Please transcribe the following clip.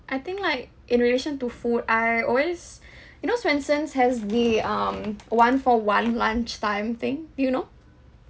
I think like in relation to food I always you know swensen's has the um one for one lunchtime thing do you know